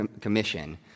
commission